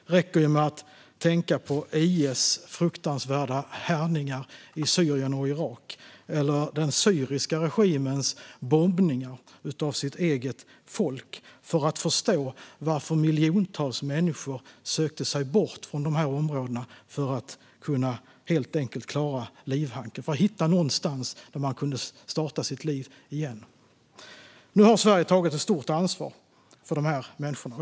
Det räcker med att tänka på IS fruktansvärda härjningar i Syrien och i Irak eller på den syriska regimens bombningar av sitt eget folk för att förstå varför miljontals människor sökte sig bort från dessa områden för att helt enkelt klara livhanken och hitta någonstans där de kunde starta sitt liv igen. Nu har Sverige tagit ett stort ansvar för dessa människor.